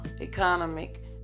economic